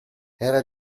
era